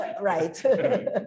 Right